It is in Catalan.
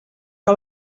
que